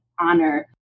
honor